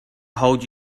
hold